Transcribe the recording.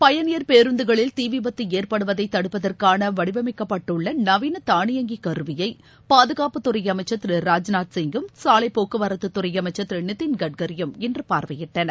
பயனியர் பேருந்துகளில் தீ விபத்து ஏற்படுவதை தடுப்பதற்கான வடிவமைக்கப்பட்டுள்ள நவீன தானியங்கி கருவியை பாதுகாப்பத்துறை அமைச்சர் திரு ராஜ்நாத் சிங்கும் சாலை போக்குவரத்துறை அமைச்சர் திரு நிதின் கட்கரியும் இன்று பார்வையிட்டனர்